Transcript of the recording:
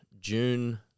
June